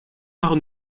art